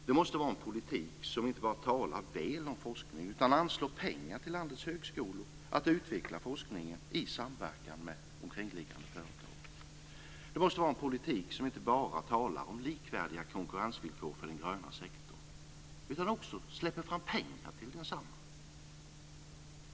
Det måste vara en politik där det inte bara talas väl om forskning utan också anslås pengar till landets högskolor att utveckla forskningen i samverkan med omkringliggande företag. Det måste vara en politik där man inte bara talar om likvärdiga konkurrensvillkor för den gröna sektorn utan också släpper fram pengar till densamma.